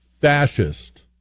fascist